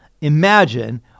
Imagine